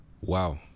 Wow